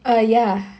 err ya